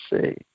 see